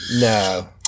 No